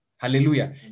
Hallelujah